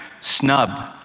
snub